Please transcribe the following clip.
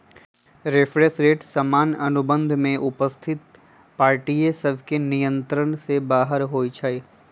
reference rate सामान्य अनुबंध में उपस्थित पार्टिय सभके नियंत्रण से बाहर होइ छइ